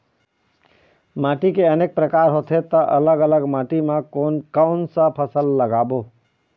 माटी के अनेक प्रकार होथे ता अलग अलग माटी मा कोन कौन सा फसल लगाबो?